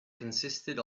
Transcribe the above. consisted